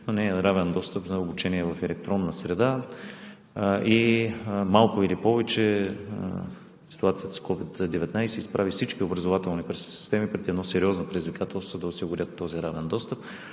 но не и равен достъп на обучение в електронна среда. Малко или повече, ситуацията с COVID-19 изправи всички образователни системи пред едно сериозно предизвикателство – да осигурят този равен достъп.